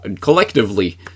collectively